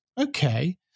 okay